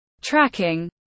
tracking